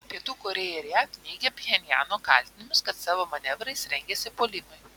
pietų korėja ir jav neigia pchenjano kaltinimus kad savo manevrais rengiasi puolimui